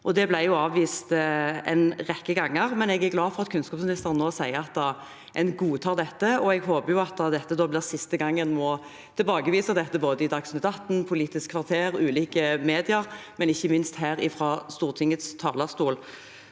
Det ble avvist en rekke ganger, men jeg er glad for at kunnskapsministeren nå sier at en godtar dette, og jeg håper at dette blir siste gang en må tilbakevise det – både i Dagsnytt 18, Politisk kvarter og ulike media og ikke minst her fra Stortingets talerstol.